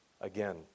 again